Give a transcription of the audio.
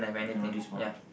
turnover this board